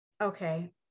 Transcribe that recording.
Okay